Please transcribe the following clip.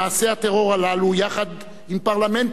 יחד עם פרלמנטים אחרים בעולם,